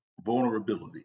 vulnerability